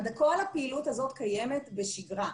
כל הפעילות הזו קיימת בשגרה,